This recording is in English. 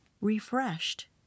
refreshed